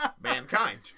Mankind